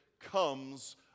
comes